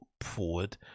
forward